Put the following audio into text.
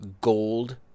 gold